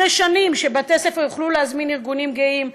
אחרי שנים, בתי-ספר יוכלו להזמין ארגונים גאים,